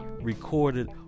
recorded